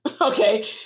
okay